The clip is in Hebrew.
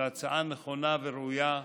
זו הצעה נכונה וראויה,